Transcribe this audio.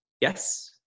Yes